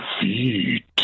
feet